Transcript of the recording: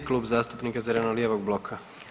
Klub zastupnika zeleno-lijevog bloka.